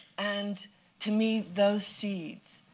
and to me, those seeds,